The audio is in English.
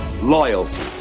loyalty